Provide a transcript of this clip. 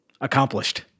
accomplished